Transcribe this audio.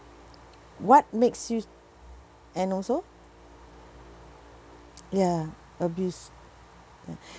what makes you and also ya abuse ya